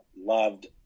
loved